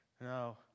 No